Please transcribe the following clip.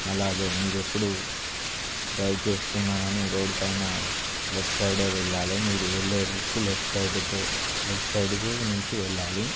అలాగే మీరు ఎప్పుడు డ్రైవ్ చేస్తున్నా కానీ రోడ్డు పైన లెఫ్ట్ సైడ్ యే వెళ్ళాలి మీరు వెళ్ళే రూట్ లెఫ్ట్ సైడ్ తో లెఫ్ట్ సైడ్కు నుంచి వెళ్ళాలి